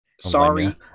Sorry